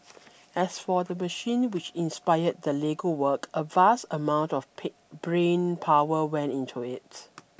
as for the machine which inspired the Lego work a vast amount of brain power went into it